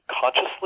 consciously